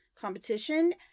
competition